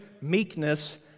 meekness